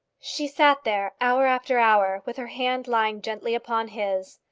she sat there hour after hour, with her hand lying gently upon his.